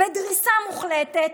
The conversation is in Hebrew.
בדריסה מוחלטת.